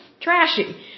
trashy